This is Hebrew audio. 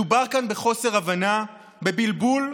מדובר כאן בחוסר הבנה, בבלבול,